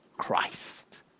Christ